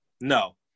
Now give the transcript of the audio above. No